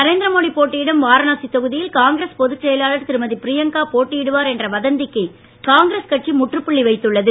நரேந்திர மோடி போட்டியிடும் வாரணாசி தொகுதியில் காங்கிரஸ் பொதுச் செயலாளர் திருமதி பிரியங்கா போட்டியிடுவார் என்ற வதந்திக்கு காங்கிரஸ் கட்சி முற்றுப்புள்ளி வைத்துள்ளது